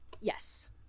Yes